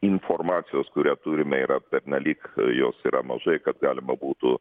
informacijos kurią turime yra pernelyg jos yra mažai ką galima būtų